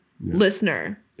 listener